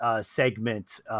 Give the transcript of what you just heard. segment